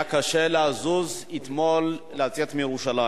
היה קשה לזוז אתמול, לצאת מירושלים.